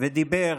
ודיבר